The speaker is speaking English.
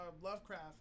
Lovecraft